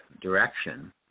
direction